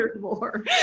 more